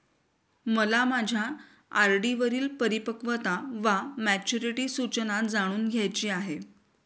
मला माझ्या आर.डी वरील परिपक्वता वा मॅच्युरिटी सूचना जाणून घ्यायची आहे